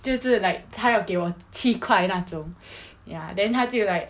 就就 like 他要给我七块那种 ya then 他就 like